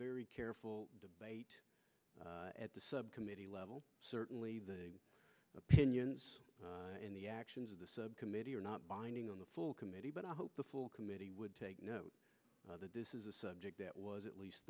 very careful debate at the subcommittee level certainly the opinions in the actions of the subcommittee are not binding on the full committee but i hope the full committee would take note that this is a subject that was at least